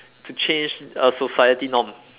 to change err society norm